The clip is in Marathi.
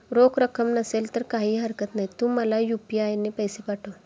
रोख रक्कम नसेल तर काहीही हरकत नाही, तू मला यू.पी.आय ने पैसे पाठव